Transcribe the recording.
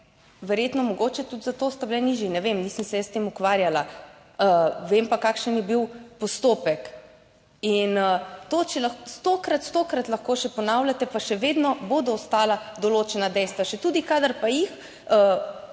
verjetno mogoče tudi zato sta bili nižji, ne vem, nisem se jaz s tem ukvarjala, vem pa kakšen je bil postopek in to, če, stokrat, stokrat lahko še ponavljate, pa še vedno bodo ostala določena dejstva, še tudi kadar pa jih poveste